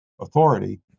authority